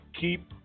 keep